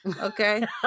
Okay